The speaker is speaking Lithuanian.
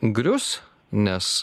grius nes